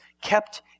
kept